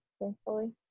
thankfully